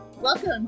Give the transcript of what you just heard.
Welcome